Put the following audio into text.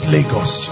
Lagos